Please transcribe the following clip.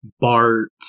bart